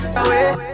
away